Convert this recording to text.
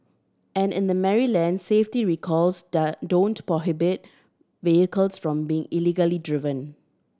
and in the Maryland safety recalls the don't prohibit vehicles from being legally driven